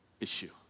issue